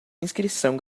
inscrição